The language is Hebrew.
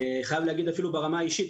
אני חייב להגיד אפילו ברמה האישית,